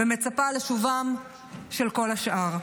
ומצפה לשובם של כל השאר.